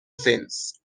since